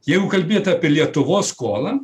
jeigu kalbėt apie lietuvos skolą